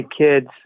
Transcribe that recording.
kids